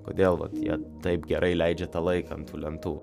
kodėl vat jie taip gerai leidžia tą laiką ant tų lentų